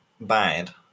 bad